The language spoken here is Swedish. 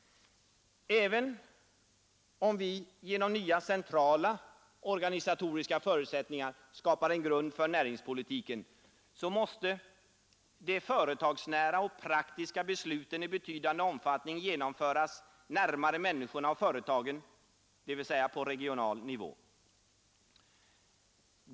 Även om vi genom nya centrala organisatoriska förutsättningar skapar en grund för näringspolitiken, så måste de företagsnära och praktiska besluten i betydande omfattning genomföras närmare människorna och företagen, dvs. på regional nivå.